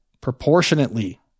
proportionately